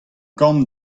gambr